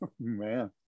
man